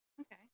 Okay